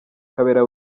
kabera